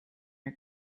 are